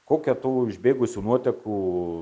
kokia tų išbėgusių nuotekų